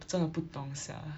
真的不懂 sia